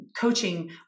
coaching